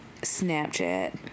Snapchat